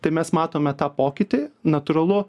tai mes matome tą pokytį natūralu